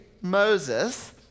Moses